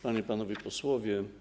Panie i Panowie Posłowie!